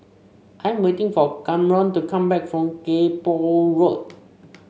I am waiting for Camron to come back from Kay Poh Road